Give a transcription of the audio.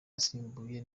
asimbuye